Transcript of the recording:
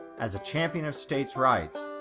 as a champion of states' rights,